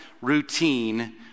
routine